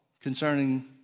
concerning